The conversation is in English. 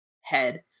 head